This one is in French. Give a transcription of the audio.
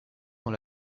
dans